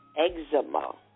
eczema